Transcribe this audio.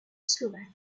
slovaque